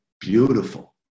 beautiful